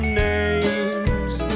names